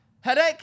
Headache